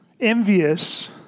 envious